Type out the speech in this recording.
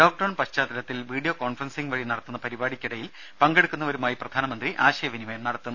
lockdown പശ്ചാത്തലത്തിൽ video conferencing വഴി നടത്തുന്ന പരിപാടിയ്ക്കിടയിൽ പങ്കെടുക്കുന്നവരുമായി പ്രധാനമന്ത്രി ആശയവിനിമയം നടത്തും